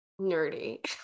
nerdy